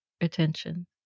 attention